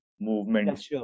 movement